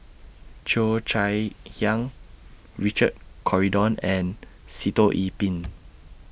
Cheo Chai Hiang Richard Corridon and Sitoh Yih Pin